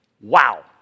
wow